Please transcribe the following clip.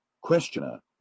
Questioner